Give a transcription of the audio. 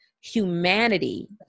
humanity